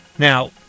Now